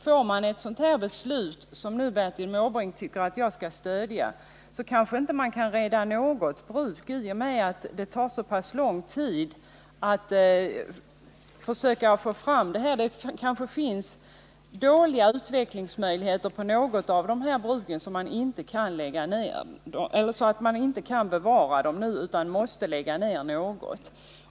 Får man ett sådant beslut som Bertil Måbrink tycker att jag ödja, så kanske något av bruken inte kan räddas, på grund av att det tar så lång tid att få fram en sådan här helhetssyn. Det kanske finns dåliga utvecklingsmöjligheter för en del av bruken så att man inte kan bevara dem utan måste lägga ner något.